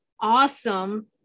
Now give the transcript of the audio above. awesome